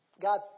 God